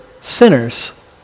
sinners